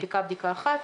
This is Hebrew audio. מספיקה בדיקה אחת.